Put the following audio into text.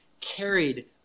carried